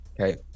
Okay